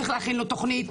צריך להכין לו תוכנית,